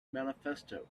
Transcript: manifesto